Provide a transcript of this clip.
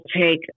take